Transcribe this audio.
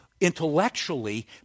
intellectually